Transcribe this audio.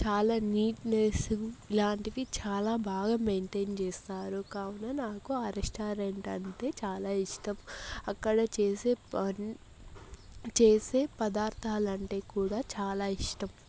చాలా నీట్నెస్ లాంటివి చాలా బాగా మెయింటేన్ జేస్తారు కావున నాకు ఆ రెస్టారెంట్ అంటే చాలా ఇష్టం అక్కడ చేసే ప చేసే పదార్థాలంటే కూడా చాలా ఇష్టం